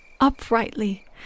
uprightly